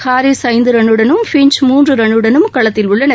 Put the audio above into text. Harris ஐந்து ரன்னுடனும் Finch மூன்று ரன்னுடனும் களத்தில் உள்ளனர்